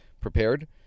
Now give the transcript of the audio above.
Prepared